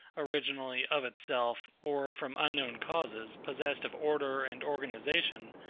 originally, of itself, or from unknown causes, possessed of order and organisation,